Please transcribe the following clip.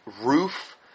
roof